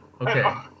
Okay